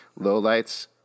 Lowlights